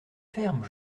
ferme